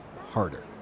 harder